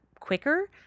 quicker